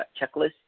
checklist